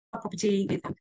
property